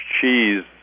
cheese